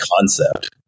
concept